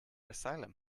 asylum